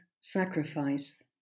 sacrifice